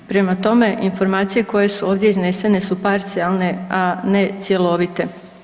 Prema tome, informacije koje su ovdje iznesene su parcijalne, a ne cjelovite.